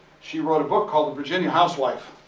she wrote a book called the virginia housewife.